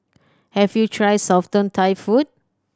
have you tried Southern Thai food